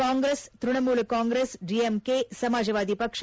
ಕಾಂಗ್ರೆಸ್ ತ್ಯಣಮೂಲ ಕಾಂಗ್ರೆಸ್ ಡಿಎಂಕೆ ಸಮಾಜವಾದಿ ಪಕ್ಷ